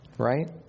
Right